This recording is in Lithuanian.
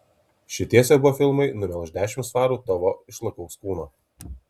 šitie siaubo filmai numelš dešimt svarų tavo išlakaus kūno